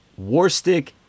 Warstick